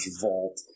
vault